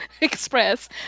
express